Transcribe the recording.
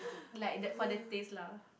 like the for the taste lah